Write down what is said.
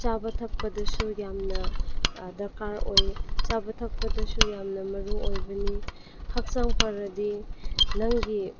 ꯆꯥꯕ ꯊꯛꯄꯗꯁꯨ ꯌꯥꯝꯅ ꯗꯔꯀꯥꯔ ꯑꯣꯏ ꯆꯥꯕ ꯊꯛꯄꯗꯁꯨ ꯌꯥꯝꯅ ꯃꯔꯨ ꯑꯣꯏꯕꯅꯤ ꯍꯛꯆꯥꯡ ꯐꯔꯗꯤ ꯅꯪꯒꯤ